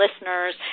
listeners